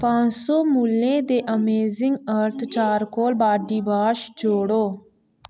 पंज सौ मुल्लै दे amazing earth charcoal body wash जोड़ो